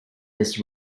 his